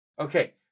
Okay